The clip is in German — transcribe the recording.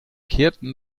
kehrten